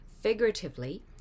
figuratively